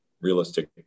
realistic